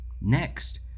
Next